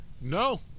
No